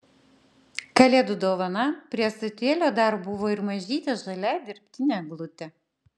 kalėdų dovana prie ąsotėlio dar buvo ir mažytė žalia dirbtinė eglutė